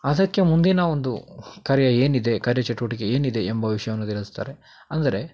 ಅದಕ್ಕೆ ಮುಂದಿನ ಒಂದು ಕಾರ್ಯ ಏನಿದೆ ಕಾರ್ಯಚಟುವಟಿಕೆ ಏನಿದೆ ಎಂಬ ವಿಷಯವನ್ನು ತಿಳಿಸ್ತಾರೆ ಅಂದರೆ